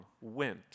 went